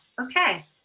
okay